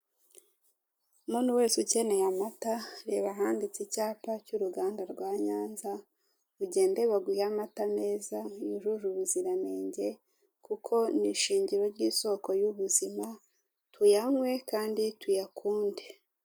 Muntu wese ukeneye amata, reba ahanditse icyapa cy'uruganda rwa Nyanza; ugende baguhe amata meza yujuje ubuziranenge, kuko nI ishingiro ry'isoko y'ubuzima, tuyanywe kandi tuyakunde.